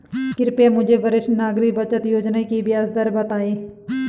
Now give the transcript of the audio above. कृपया मुझे वरिष्ठ नागरिक बचत योजना की ब्याज दर बताएँ